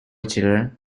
children